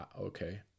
okay